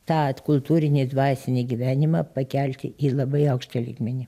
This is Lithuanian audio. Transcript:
tą kultūrinį dvasinį gyvenimą pakelti į labai aukštą lygmenį